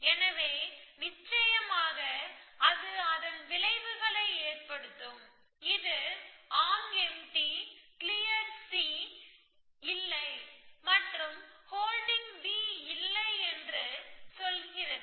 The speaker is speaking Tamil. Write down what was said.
எனவே நிச்சயமாக அது அதன் விளைவுகளை ஏற்படுத்தும் இது ஆர்ம் எம்டி கிளியர் C இல்லை மற்றும் ஹோல்டிங் B இல்லை என்று சொல்லும்